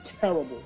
terrible